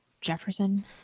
Jefferson